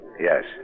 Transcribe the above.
Yes